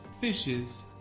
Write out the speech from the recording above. Fishes